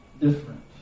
different